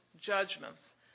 judgments